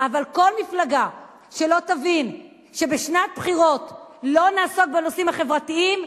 אבל כל מפלגה שלא תבין שאם בשנת בחירות לא נעסוק בנושאים החברתיים,